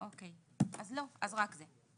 אוקי, אז לא, אז רק זה.